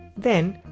then,